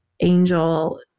angel